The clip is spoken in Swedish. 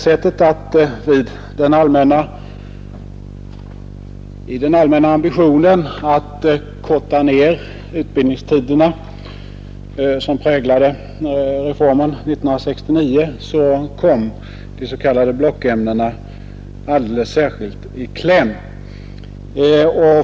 Genom den allmänna ambitionen att korta ned utbildningstiderna, som präglade reformen 1969, kom de s.k. blockämnena alldeles särskilt i kläm.